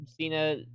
Cena